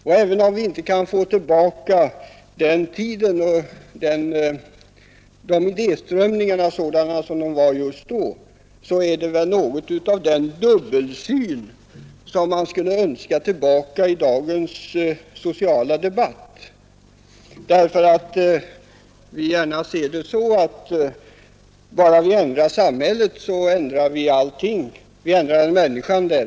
Och även om vi inte kan få tillbaka den tiden och idéströmningarna sådana som de var just då, är det något av denna dubbelsyn som man skulle önska tillbaka i dagens sociala debatt. Vi ser nämligen gärna det hela så, att om vi bara ändrar samhället ändrar vi allting — vi ändrar därmed människan.